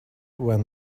when